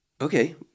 okay